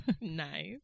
Nice